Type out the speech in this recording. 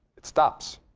it stops.